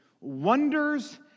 wonders